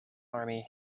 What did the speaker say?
army